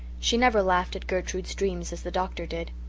she never laughed at gertrude's dreams as the doctor did.